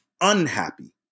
unhappy